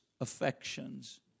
affections